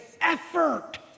effort